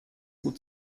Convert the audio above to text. gut